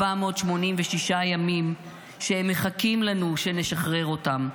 486 ימים שהם מחכים לנו שנשחרר אותם,